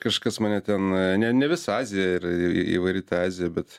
kažkas mane ten ne ne visa azija ir įvairi ta azija bet